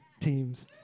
teams